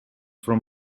from